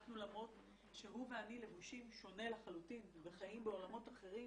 שהוא ואני לבושים שונה לחלוטין וחיים בעולמות אחרים